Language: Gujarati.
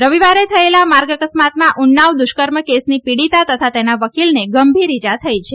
રવિવારે થયેલા માર્ગ અકસ્માતમાં ઉન્નાવ દુષ્કર્મ કેસની પીડીતા તથા તેના વકીલને ગંભીર ઇજા થઇ છે